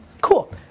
Cool